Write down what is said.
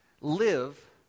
live